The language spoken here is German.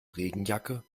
regenjacke